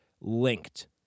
linked